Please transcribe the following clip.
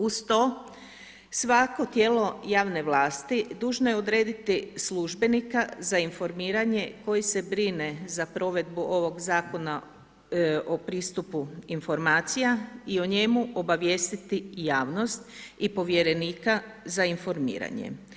Uz to svako tijelo javne vlasti dužno je odrediti službenika za informiranje koji se brine za provedbu ovog Zakona o pristupu informacija i o njemu obavijestiti javnost i povjerenika za informiranje.